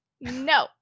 no